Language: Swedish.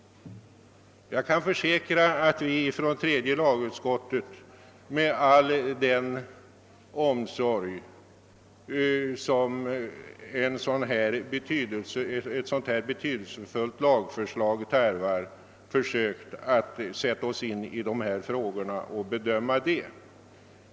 Jag kan försäkra att vi inom tredje lagutskottet med all den omsorg som ett sådant här betydelsefullt lagförslag tarvar försökt att sätta oss in i dessa frågor och bedöma dem.